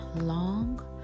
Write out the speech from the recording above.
long